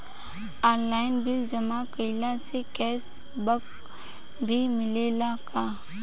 Online bill जमा कईला से कैश बक भी मिलेला की?